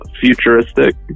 futuristic